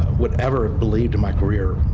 whatever believed to my career.